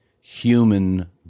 human